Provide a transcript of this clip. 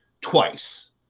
twice